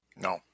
No